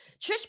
Trish